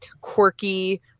quirky